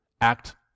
Act